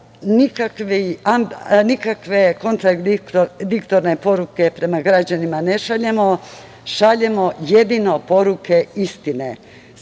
nikakve kontradiktorne poruke prema građanima ne šaljemo, šaljemo jedino poruke istine.